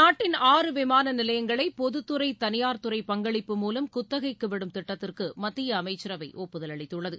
நாட்டின் ஆறு விமான நிலையங்களை பொதத்துறை தனியார்துறை பங்களிப்பு மூலம் குத்தகைக்கு விடும் திட்டத்திற்கு மத்திய அமைச்சரவை ஒப்புதல் அளித்துள்ளது